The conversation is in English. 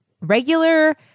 regular